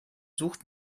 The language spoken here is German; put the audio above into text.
sucht